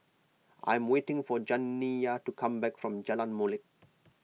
I am waiting for Janiyah to come back from Jalan Molek